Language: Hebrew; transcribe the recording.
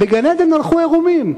בגן-עדן הלכו עירומים.